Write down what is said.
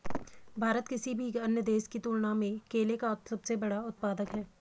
भारत किसी भी अन्य देश की तुलना में केले का सबसे बड़ा उत्पादक है